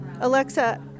Alexa